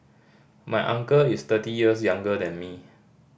my uncle is thirty years younger than me